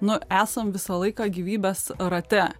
nu esam visą laiką gyvybės rate